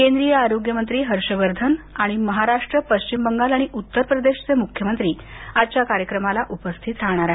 केंद्रीय आरोग्य मंत्री हर्षवर्धन आणि महाराष्ट्र पश्चिम बंगाल आणि उत्तर प्रदेशाचे मुख्यमंत्री आजच्या कार्यक्रमाला उपस्थित राहणार आहेत